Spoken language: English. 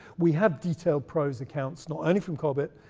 we have detailed prose accounts, not only from cobbett,